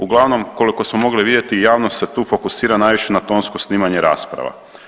Uglavnom, koliko samo mogli vidjeti javnost se tu fokusira najviše na tonsko snimanje rasprava.